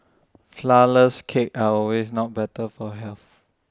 Flourless Cakes are not always better for health